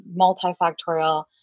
multifactorial